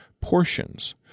portions